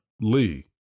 Lee